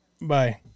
Bye